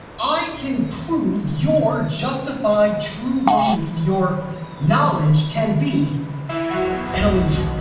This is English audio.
i can prove your justified true belief, your knowledge, can be an illusion.